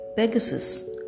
Pegasus